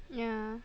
yeah